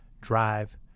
drive